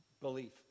belief